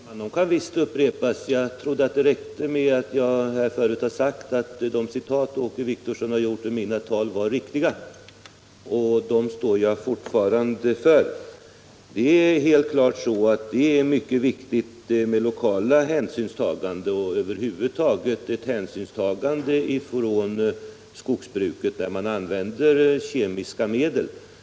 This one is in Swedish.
Herr talman! De kan visst upprepas; jag trodde det räckte med vad jag redan har sagt, att de citat som Åke Wictorsson har gjort ur mina tal var riktiga, och dem står jag fortfarande för. Det är mycket viktigt med lokala hänsynstaganden och förståelse från skogsbruket när man använder kemiska medel.